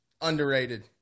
Underrated